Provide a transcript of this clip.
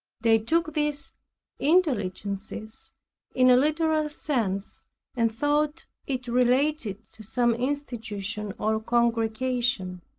they took these intelligences in a literal sense and thought it related to some institution or congregation.